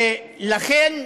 ולכן,